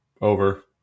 Over